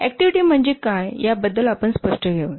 activity म्हणजे काय याबद्दल आपण स्पष्ट होऊ या